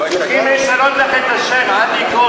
ההצעה להעביר את הצעת חוק השמות (תיקון,